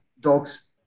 dogs